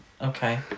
okay